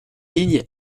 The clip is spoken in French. ligne